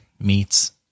meets